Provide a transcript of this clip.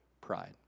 pride